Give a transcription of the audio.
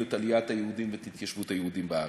את עליית היהודים ואת התיישבות היהודים בארץ.